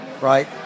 right